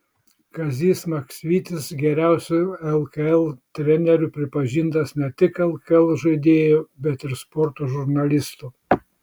kazys maksvytis geriausiu lkl treneriu pripažintas ne tik lkl žaidėjų bet ir sporto žurnalistų